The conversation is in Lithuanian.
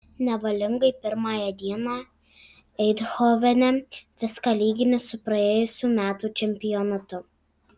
nevalingai pirmąją dieną eindhovene viską lygini su praėjusių metų čempionatu